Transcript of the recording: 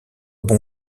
bon